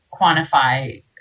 quantify